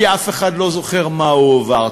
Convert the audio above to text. כי אף אחד לא זוכר מה הועבר.